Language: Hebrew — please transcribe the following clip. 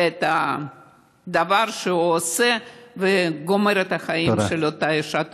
ואת הדבר שהוא עושה וגומר את החיים של אותה אישה.